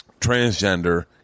transgender